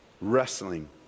wrestling